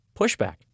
pushback